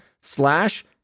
slash